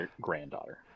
granddaughter